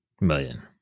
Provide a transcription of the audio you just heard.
million